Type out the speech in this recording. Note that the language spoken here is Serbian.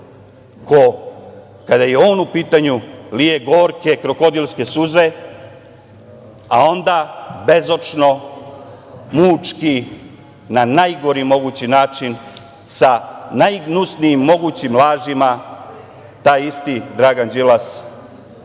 ko kada je on u pitanju lije gorke krokodilske suze, a onda bezočno, mučki, na najgori mogući način, sa najgnusnijim mogućim lažima taj isti Dragan Đilas